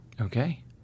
Okay